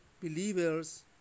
believers